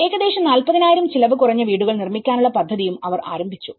ഏകദേശം 40000 ചിലവ് കുറഞ്ഞ വീടുകൾ നിർമ്മിക്കാനുള്ള പദ്ധതിയും അവർ ആരംഭിച്ചു